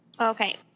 Okay